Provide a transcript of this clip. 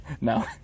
No